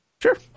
Sure